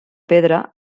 pedra